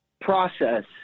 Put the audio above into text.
process